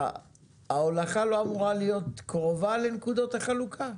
ההולכה לא אמורה להיות קרובה לנקודות החלוקה?